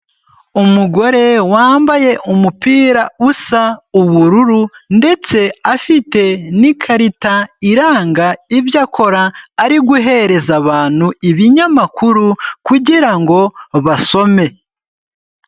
Umugore wambaye umupira usa ubururu ndetse afite n'ikarita iranga ibyo akora, ari guhereza abantu ibinyamakuru kugira ngo basome.